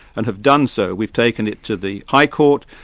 and have done so. we've taken it to the high court,